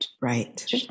Right